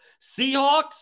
Seahawks